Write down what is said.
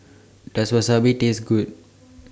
Does Wasabi Taste Good